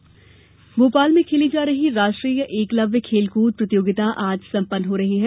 एकलव्य खेल भोपाल में खेली जा रही राष्ट्रीय एकलव्य खेलकूद प्रतियोगिता आज संपन्न हो रही है